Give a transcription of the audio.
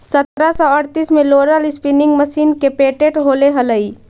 सत्रह सौ अड़तीस में रोलर स्पीनिंग मशीन के पेटेंट होले हलई